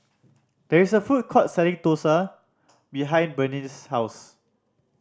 there is a food court selling dosa behind Berneice's house